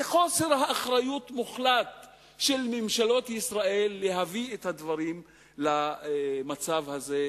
זה חוסר אחריות מוחלט של ממשלות ישראל להביא את הדברים למצב הזה,